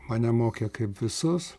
mane mokė kaip visus